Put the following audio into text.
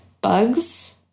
Bugs